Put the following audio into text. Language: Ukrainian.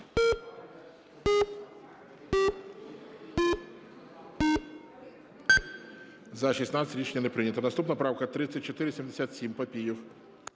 За-16 Рішення не прийнято. Наступна правка 3477. Папієв.